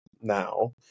now